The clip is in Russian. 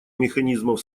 механизмов